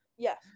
Yes